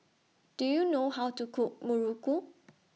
Do YOU know How to Cook Muruku